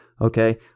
okay